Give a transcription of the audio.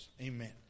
Amen